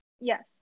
Yes